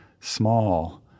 small